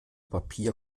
papier